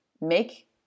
make